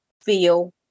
feel